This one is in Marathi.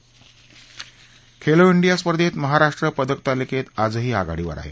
खेलो डिया स्पर्धेत महाराष्ट्र पदकतालिकेत आजही आघाडीवर आहे